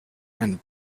and